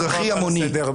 המוני.